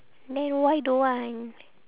then why don't want